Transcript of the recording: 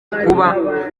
kuba